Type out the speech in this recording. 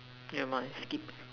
never mind skip